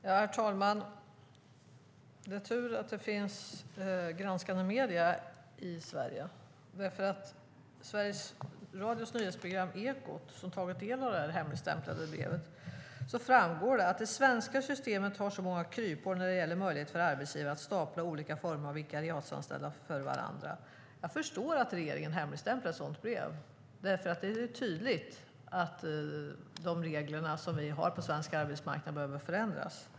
Herr talman! Det är tur att det finns granskande medier i Sverige. Sveriges Radios nyhetsprogram Ekot har tagit del av det hemligstämplade brevet, och där framgår att det svenska systemet har många kryphål när det gäller möjligheten att stapla olika former av vikariatsanställningar på varandra. Jag förstår att regeringen hemligstämplar ett sådant brev. Det är tydligt att de regler vi har på svensk arbetsmarknad behöver ändras.